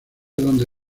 dónde